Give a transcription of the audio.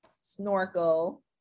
Snorkel